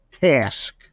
task